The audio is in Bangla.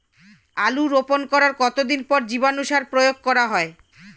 আলু রোপণ করার কতদিন পর জীবাণু সার প্রয়োগ করা হয়?